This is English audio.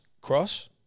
cross